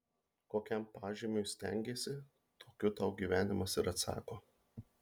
kokiam pažymiui stengiesi tokiu tau gyvenimas ir atsako